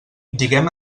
diguem